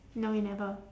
no you never